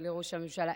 לראש הממשלה,